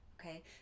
okay